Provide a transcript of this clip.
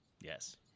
Yes